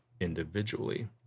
individually